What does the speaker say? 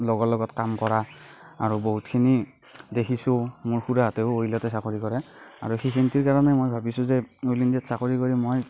লগৰ লগত কাম কৰা আৰু বহুতখিনি দেখিছোঁ মোৰ খুৰাহঁতেও অইলতে চাকৰি কৰে আৰু সেইটো কাৰণে মই ভাবিছোঁ যে অইল ইণ্ডিয়াত চাকৰি কৰি মই